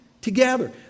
together